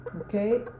Okay